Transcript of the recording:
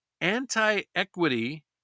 anti-equity